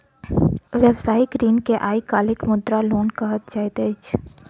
व्यवसायिक ऋण के आइ काल्हि मुद्रा लोन कहल जाइत अछि